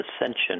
ascension